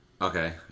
Okay